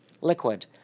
Liquid